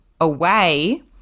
away